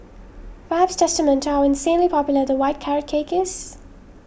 perhaps testament to how insanely popular the white carrot cake is